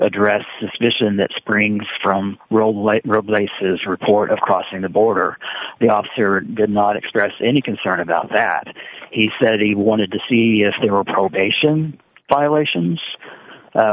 address the suspicion that springs from real light replaces report of crossing the border the officer did not express any concern about that he said he wanted to see if there were probation violation